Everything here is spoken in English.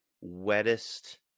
wettest